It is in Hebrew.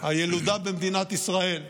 הילודה במדינת ישראל גבוהה,